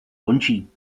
končí